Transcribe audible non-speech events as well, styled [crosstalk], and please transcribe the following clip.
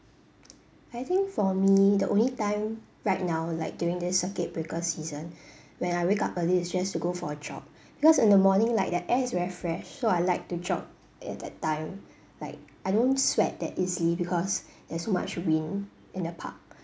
I think for me the only time right now like during this circuit breaker season [breath] when I wake up early is just to go for a jog because in the morning like the air is very fresh so I like to jog at that time like I don't sweat that easily because [breath] there's so much wind in the park